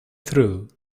through